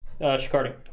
Chicardi